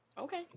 Okay